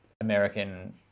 American